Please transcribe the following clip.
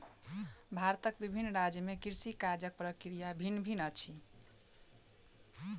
भारतक विभिन्न राज्य में कृषि काजक प्रक्रिया भिन्न भिन्न अछि